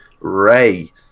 Ray